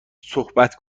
صحبت